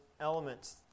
elements